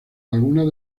algunas